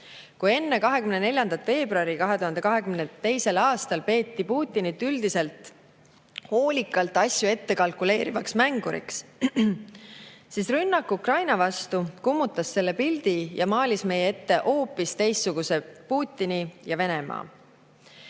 Kui enne 24. veebruari 2022 peeti Putinit üldiselt hoolikalt asju ettekalkuleerivaks mänguriks, siis rünnak Ukraina vastu kummutas selle pildi ja maalis meie ette hoopis teistsuguse Putini ja Venemaa.